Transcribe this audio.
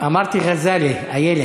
אמרתי ע'זלה, איילת.